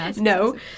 No